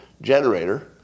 generator